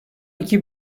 iki